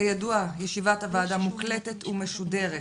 כידוע, ישיבת הוועדה מוקלטת ומשודרת